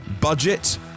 budget